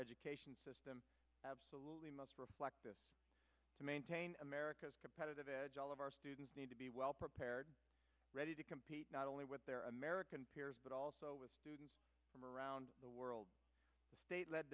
education system absolutely must reflect this to maintain america's competitive edge all of our students need to be well prepared ready to compete not only with their american peers but also with students from around the world state